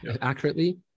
accurately